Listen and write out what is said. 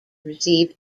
receive